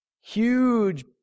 huge